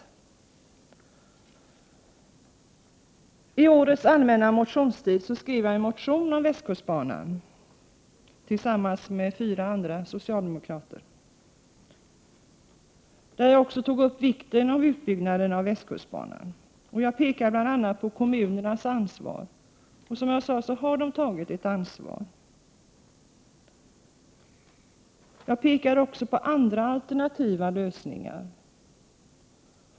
Under årets allmänna motionstid skrev jag en motion om västkustbanan tillsammans med fyra andra socialdemokrater. I motionen tog jag upp vikten av en utbyggnad av västkustbanan. Jag pekade bl.a. på kommunernas ansvar. Som jag har sagt tidigare har de tagit ett ansvar. Jag pekade också på andra alternativa lösningar.